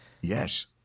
Yes